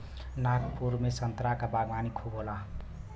नागपुर में संतरा क बागवानी खूब होला